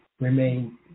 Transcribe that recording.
remain